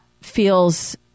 feels